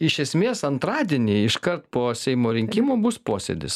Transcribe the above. iš esmės antradienį iškart po seimo rinkimų bus posėdis